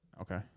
Okay